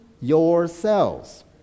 yourselves